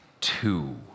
two